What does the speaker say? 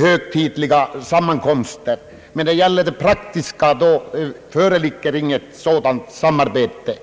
högtidliga sammankomster men däremot inte när det är fråga om praktiska angelägenheter.